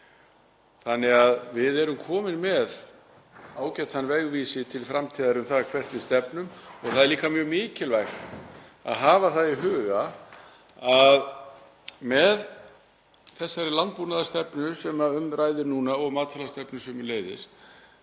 þannig að við erum komin með ágætan vegvísi til framtíðar um það hvert við stefnum. Það er líka mjög mikilvægt að hafa það í huga að með þessari landbúnaðarstefnu sem um ræðir núna og matvælastefnu sömuleiðis